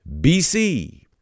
BC